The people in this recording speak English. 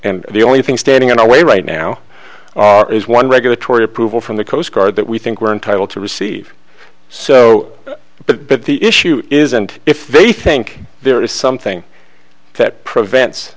and the only thing standing in the way right now is one regulatory approval from the coast guard that we think we're entitled to receive so but the issue is and if they think there is something that prevents